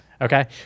Okay